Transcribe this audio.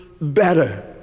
better